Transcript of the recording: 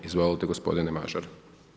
Izvolite gospodine Mažar.